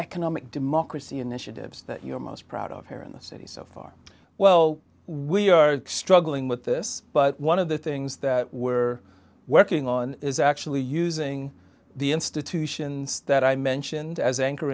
economic democracy initiatives that you're most proud of here in this city so far well we are struggling with this but one of the things that were working on is actually using the institutions that i mentioned as an